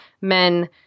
men